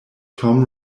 tom